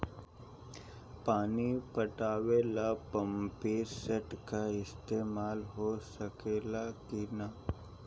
पानी पटावे ल पामपी सेट के ईसतमाल हो सकेला कि ना?